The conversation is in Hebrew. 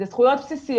זה זכויות בסיסיות,